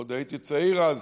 עוד הייתי צעיר אז,